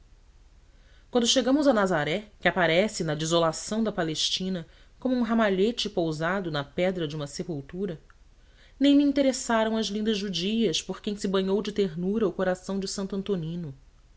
quando chegamos a nazaré que aparece na desolação da palestina como um ramalhete pousado na pedra de uma sepultura nem me interessaram as lindas judias por quem se banhou de ternura o coração de santo antonino